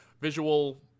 visual